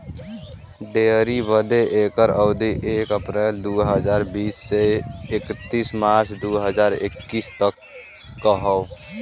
dairy बदे एकर अवधी एक अप्रैल दू हज़ार बीस से इकतीस मार्च दू हज़ार इक्कीस तक क हौ